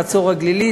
חצור-הגלילית,